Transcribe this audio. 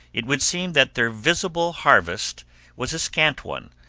it would seem that their visible harvest was a scant one,